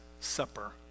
supper